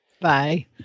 bye